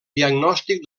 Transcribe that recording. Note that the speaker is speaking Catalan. diagnòstic